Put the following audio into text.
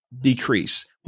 decrease